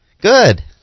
Good